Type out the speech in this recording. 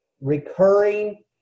recurring